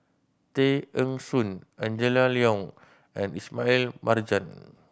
Tay Eng Soon Angela Liong and Ismail Marjan